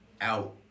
Out